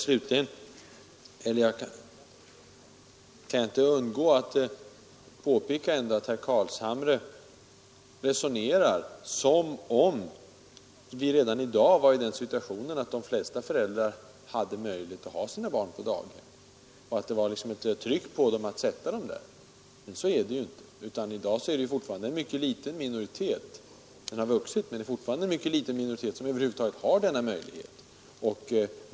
Sedan kan jag inte låta bli att påpeka att herr Carlshamre resonerar som om vi redan i dag var i den situationen att de flesta föräldrar hade möjligheter att ha sina barn på daghem, och att det liksom finns ett tryck på dem att ha barnen där. Så är det ju inte. Alltjämt är det en mycket liten minoritet — även om den har vuxit — som över huvud taget har denna möjlighet.